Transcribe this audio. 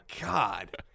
God